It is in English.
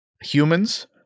humans